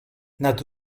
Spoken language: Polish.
nad